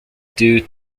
due